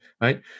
right